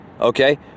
Okay